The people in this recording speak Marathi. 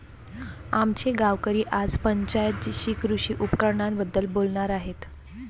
आमचे गावकरी आज पंचायत जीशी कृषी उपकरणांबद्दल बोलणार आहेत